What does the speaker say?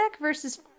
versus